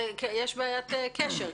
יש כאן בעיית קשר.